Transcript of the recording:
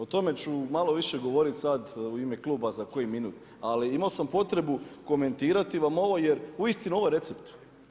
O tome ću malo više govorit sad u ime kluba za koji minut, ali imao sam potrebu komentirati vam ovo jer uistinu ovo je recept.